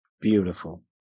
Beautiful